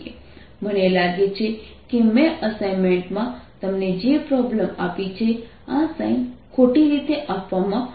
મને લાગે છે કે મેં મેં અસાઇમેન્ટ માં તમને જે પ્રોબ્લેમ આપી છે આ સાઇન ખોટી રીતે આપવામાં આવ્યું છે